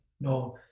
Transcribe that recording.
no